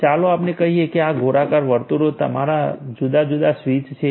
ચાલો આપણે કહીએ કે આ ગોળાકાર વર્તુળો તમારા જુદા જુદા સ્વિચ છે